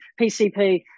pcp